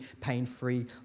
pain-free